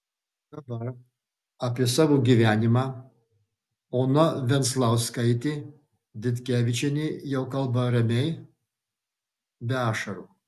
dabar apie savo gyvenimą ona venzlauskaitė ditkevičienė jau kalba ramiai be ašarų